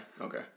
okay